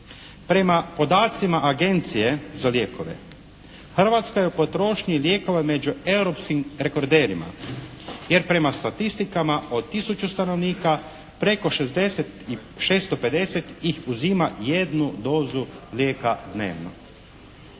Prema podacima Agencije za lijekove Hrvatska je u potrošnji lijekova među europskim rekorderima, jer prema statistikama od tisuću stanovnika preko 650 ih uzima jednu dozu lijeka dnevno.